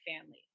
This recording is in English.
family